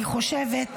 אני חושבת,